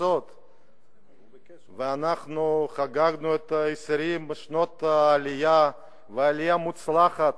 אנחנו חגגנו 20 שנות עלייה, ועלייה מוצלחת,